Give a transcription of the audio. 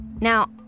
Now